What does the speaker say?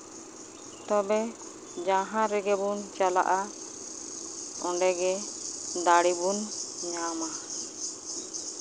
ᱛᱚᱵᱮ ᱡᱟᱦᱟᱸ ᱨᱮᱜᱮ ᱵᱚᱱ ᱪᱟᱞᱟᱜᱼᱟ ᱚᱸᱰᱮᱜᱮ ᱫᱟᱲᱮ ᱵᱚᱱ ᱧᱟᱢᱟ